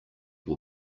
will